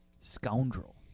scoundrel